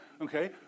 Okay